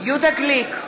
יהודה גליק,